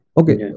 Okay